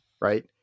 right